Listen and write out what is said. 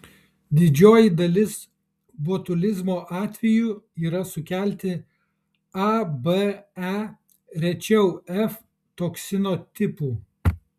didžioji dalis botulizmo atvejų yra sukelti a b e rečiau f toksino tipų